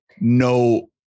no